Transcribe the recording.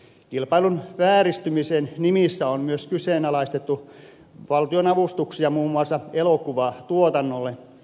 kilpailun vääristymisen nimissä on myös kyseenalaistettu valtionavustuksia muun muassa elokuvatuotannolle